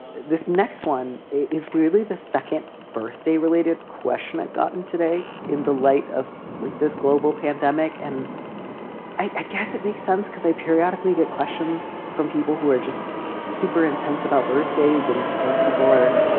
this next one is weirdly the second birthday related question i've gotten today in the light of like this global pandemic and i guess it makes sense because i periodically get questions from people who are just super intense about birthdays and those people are,